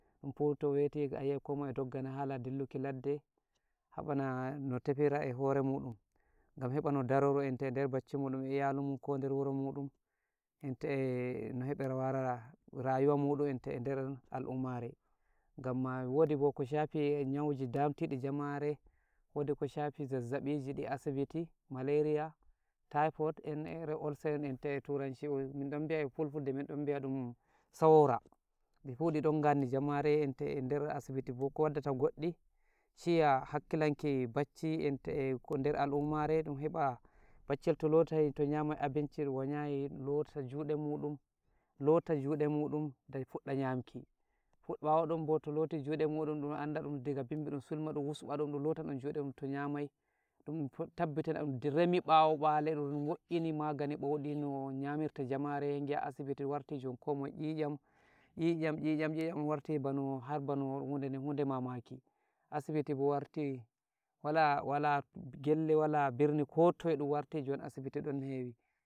to weti ayi'ai kowa e doggana, hala ɗilluki ladde, haɓana no tefira e hore muɗum, gam heɓa no daroro eder bacci muɗum, e iyalu muɗum, ko der wuro muɗum, enta e no heɓira wara rayuwa muɗum, enta eder al'ummare, gamma wodi bo ko shafi nyauji damtuɗi jamare, wodi ko shafi zazzabiji asibiti, maleriya, taipot en ere olsa enta e turashi, minɗon bi'a e fulfude, minɗom bi'a ɗum saura, difuh diɗon nganni jamare, enta eder asibiti, bo waddata goɗɗi, shiya hakkilanki bacci, enta eder al'ummare, ɗum heɓa baccel to lotai, to nyamai abinci, wanyayi lota jude muɗum, lota jude muɗum, da fuɗɗa nyamki, bawo ɗon bo to loti juɗe muɗum, ɗum anda ɗum daga bimbi, dum sulma, dum wusba dum, dun lota nadum jude mun to nyamai, ɗun tabbitina ɗun remi ɓawo ɓale, ɗun wo'iini magani ɓouɗi no nyamirta jamare, ngi'a asibiti warti jon ko moye, nyiyam-nyiyam-nyiyam-nyiyam warti bano har bano hude mamaki, asibiti bo warti wala-wala gelle, wala birni, ko toye ɗun warti joni asibi ɗon hewi.